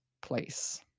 place